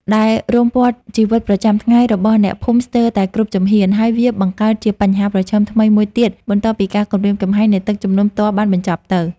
ដែលរុំព័ទ្ធជីវិតប្រចាំថ្ងៃរបស់អ្នកភូមិស្ទើរតែគ្រប់ជំហាន ហើយវាបង្កើតជាបញ្ហាប្រឈមថ្មីមួយទៀតបន្ទាប់ពីការគំរាមកំហែងនៃទឹកជំនន់ផ្ទាល់បានបញ្ចប់ទៅ។